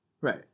Right